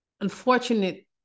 unfortunate